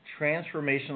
transformational